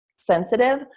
sensitive